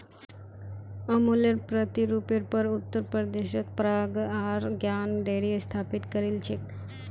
अमुलेर प्रतिरुपेर पर उत्तर प्रदेशत पराग आर ज्ञान डेरी स्थापित करील छेक